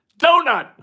donut